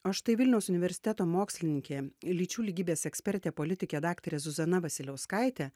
o štai vilniaus universiteto mokslininkė lyčių lygybės ekspertė politikė daktarė zuzana vasiliauskaitė